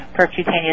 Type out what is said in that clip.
percutaneous